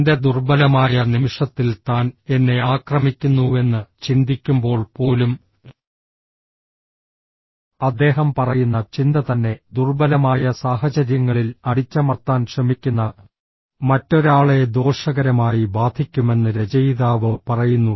എന്റെ ദുർബലമായ നിമിഷത്തിൽ താൻ എന്നെ ആക്രമിക്കുന്നുവെന്ന് ചിന്തിക്കുമ്പോൾ പോലും അദ്ദേഹം പറയുന്ന ചിന്ത തന്നെ ദുർബലമായ സാഹചര്യങ്ങളിൽ അടിച്ചമർത്താൻ ശ്രമിക്കുന്ന മറ്റൊരാളെ ദോഷകരമായി ബാധിക്കുമെന്ന് രചയിതാവ് പറയുന്നു